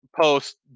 post